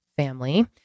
family